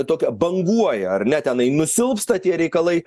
tokia banguoja ar ne tenai nusilpsta tie reikalai